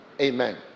Amen